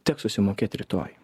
teks susimokėt rytoj